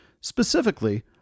specifically